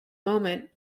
moment